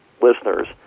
listeners